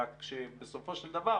רק שבסופו של דבר